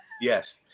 yes